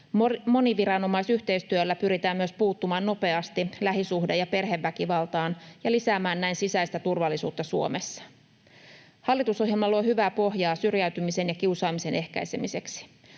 Moniviranomaisyhteistyöllä pyritään myös puuttumaan nopeasti lähisuhde- ja perheväkivaltaan ja lisäämään näin sisäistä turvallisuutta Suomessa. Hallitusohjelma luo hyvää pohjaa syrjäytymisen ja kiusaamisen ehkäisemiseksi.